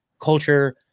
culture